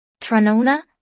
Tranona